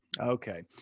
Okay